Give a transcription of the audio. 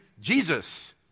Jesus